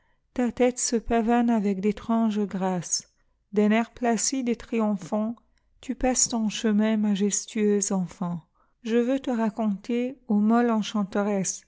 ta tête se pavane avec d'étranges grâces d'un air placide et triomphanttu passes ton chemin majestueuse enfant je veux te raconter ô molle enclianteresse